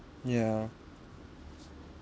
ya